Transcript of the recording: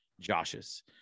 Josh's